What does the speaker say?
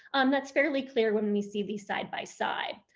um that's fairly clear when we see these side by side.